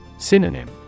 Synonym